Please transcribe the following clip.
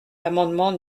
l’amendement